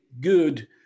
good